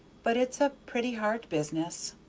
but it's a pretty hard business.